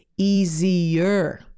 easier